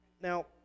Now